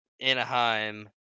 Anaheim